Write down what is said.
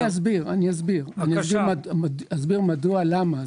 אני אסביר מדוע ולמה.